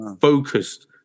focused